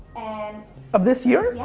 and of this year? yeah,